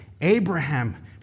Abraham